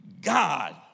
God